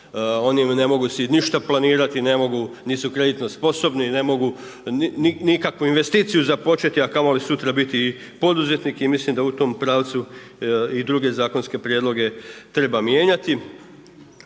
si ne mogu ništa planirati, ne mogu, nisu kreditno sposobni, ne mogu nikakvu investiciju započeti, a kamo li sutra biti poduzetnik i mislim da u tom pravdu i druge zakonske prijedloge treba mijenjati.